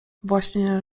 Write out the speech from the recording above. właśnie